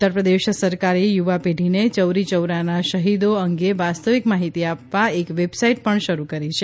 ઉત્તરપ્રદેશ સરકારે યુવા પેઢીને ચૌરીચૌરાના શહિદો અંગે વાસ્તવિક માહિતી આપવા એક વેબસાઈટ પણ શરૂ કરી છે